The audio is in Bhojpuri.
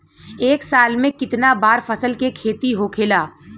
एक साल में कितना बार फसल के खेती होखेला?